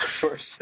first